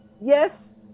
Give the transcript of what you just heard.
yes